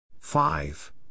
Five